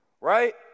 Right